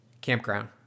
campground